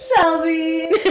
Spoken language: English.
Shelby